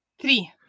Three